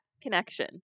connection